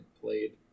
played